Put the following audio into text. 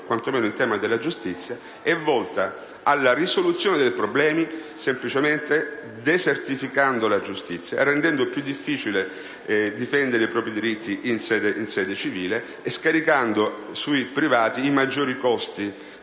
quanto meno in tema di giustizia, è volta alla risoluzione dei problemi semplicemente desertificando la giustizia e rendendo più difficile difendere i propri diritti in sede civile e scaricando sui privati i maggiori costi